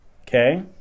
okay